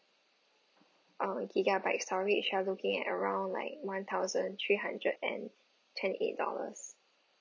uh gigabyte storage you're looking at around like one thousand three hundred and twenty eight dollars